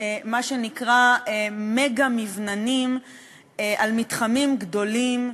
מה שנקרא מגה-מבננים על מתחמים גדולים,